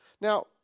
Now